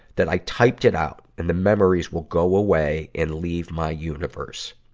that i typed it out, and the memories will go away and leave my universe.